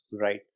right